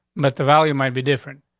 but the value might be different.